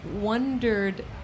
wondered